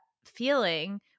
feeling